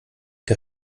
der